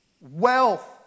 wealth